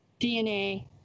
DNA